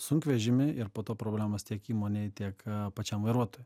sunkvežimį ir po to problemos tiek įmonei tiek pačiam vairuotojui